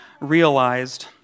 realized